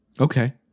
Okay